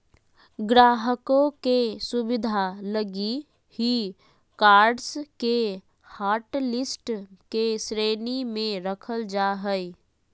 ग्राहकों के सुविधा लगी ही कार्ड्स के हाटलिस्ट के श्रेणी में रखल जा हइ